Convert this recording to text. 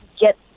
get